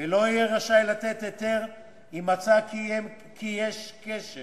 ולא יהיה רשאי לתת היתר אם מצא כי יש קשר